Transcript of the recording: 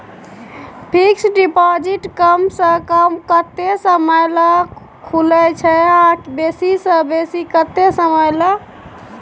Fixed deposit कम स कम कत्ते समय ल खुले छै आ बेसी स बेसी केत्ते समय ल?